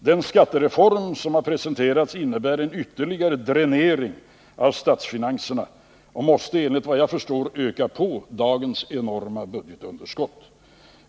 Den skattereform som har presenterats innebär en ytterligare dränering av statsfinanserna och måste, enligt vad jag förstår, öka på dagens enorma budgetunderskott.